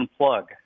unplug